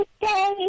today